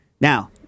Now